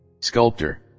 sculptor